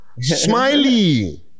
smiley